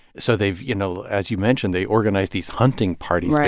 so they've, you know as you mentioned, they organize these hunting parties.